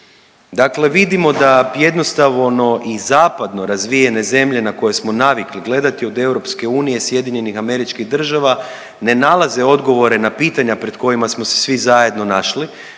Dakle, vidimo da jednostavno i zapadno razvijene zemlje na koje smo navikli gledati od EU, SAD ne nalaze odgovore na pitanja pred kojima smo se svi zajedno našli,